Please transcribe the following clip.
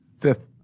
Fifth